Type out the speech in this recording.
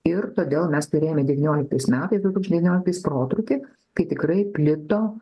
ir todėl mes turėjome devynioliktais metais du tūkstančiai devynioliktais protrūkį kai tikrai plito